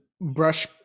brush